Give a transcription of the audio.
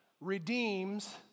redeems